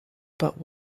but